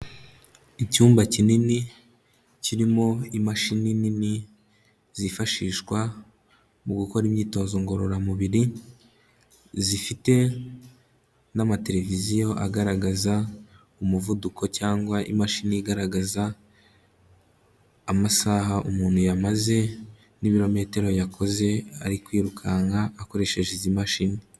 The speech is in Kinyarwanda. Icyumba kinini kirimo imashini nini zifashishwa mu gukora imyitozo ngororamubiri, zifite n'amatereviziyo agaragaza umuvuduko cyangwa imashini igaragaza amasaha umuntu yamaze n'ibirometero yakoze ari kwirukanka akoresheje izi mashini.